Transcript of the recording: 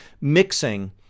mixing